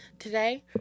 Today